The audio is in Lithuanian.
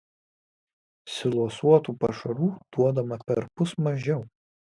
silosuotų pašarų duodama perpus mažiau